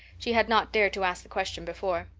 she had not dared to ask the question before.